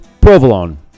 provolone